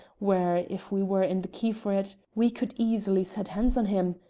where if we were in the key for it we could easily set hands on him?